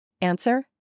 Answer